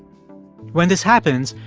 when this happens,